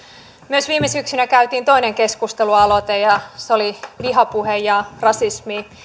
viime syksynä käytiin toinen keskustelualoite ja se oli vihapuheesta ja rasismista